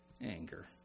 Anger